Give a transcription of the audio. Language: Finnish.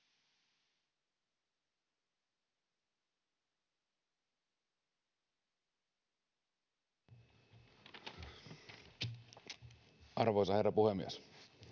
arvoisa herra puhemies